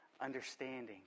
understanding